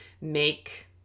make